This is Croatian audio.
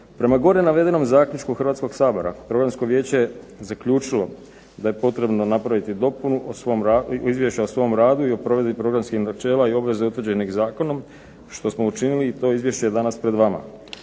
Prema gore navedenom zaključku Hrvatskog sabora, Programsko vijeće je zaključilo da je potrebno napraviti dopunu o svom, izvješća o svom radu, i o provedbi programskih načela i obveza utvrđenih zakonom, što smo učinili i to izvješće je danas pred vama.